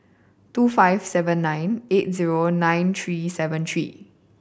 two five seven nine eight zero nine three seven three